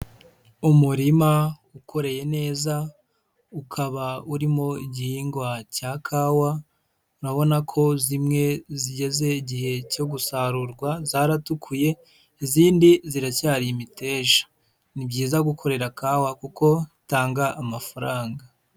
Umurima ukoreye neza ukaba urimo igihingwa cya kawa, urabona ko zimwe zigeze igihe cyo gusarurwa zaratukuye izindi ziracyari miteja, ni byiza gukorera kawa kuko itanga amafaranga.